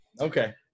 Okay